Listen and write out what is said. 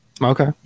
Okay